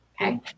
Okay